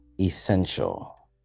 essential